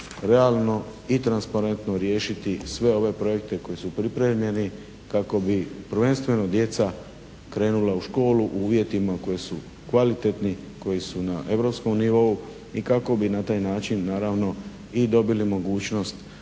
realno i transparentno riješiti sve ove projekte koji su pripremljeni kako bi prvenstveno djeca krenula u školu u uvjetima koji su kvalitetni, koji su na europskom nivou i kako bi na taj način naravno i dobili mogućnost